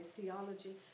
theology